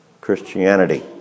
Christianity